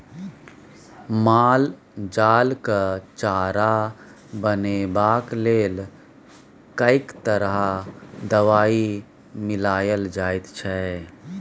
माल जालक चारा बनेबाक लेल कैक तरह दवाई मिलाएल जाइत छै